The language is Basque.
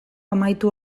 amaitu